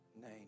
name